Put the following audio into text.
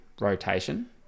rotation